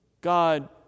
God